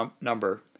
number